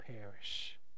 perish